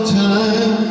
time